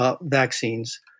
vaccines